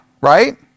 right